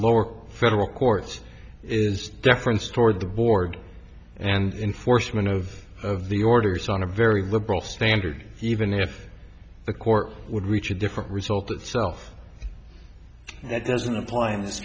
lower federal courts is deference toward the board and enforcement of the orders on a very liberal standard even if the court would reach a different result itself that doesn't apply in this